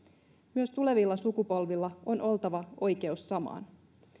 myös tulevilla sukupolvilla on oltava oikeus samaan